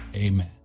Amen